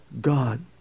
God